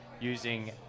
using